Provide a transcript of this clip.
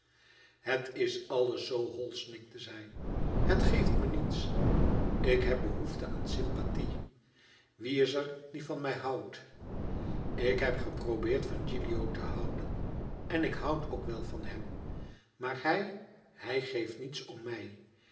het is alles zoo hol knikte zij het geeft me niets ik heb behoefte aan sympathie wie is er die van mij houdt ik heb geprobeerd van gilio te houden en ik hoû ook wel van hem maar hij hij geeft niets om mij